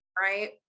right